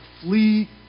Flee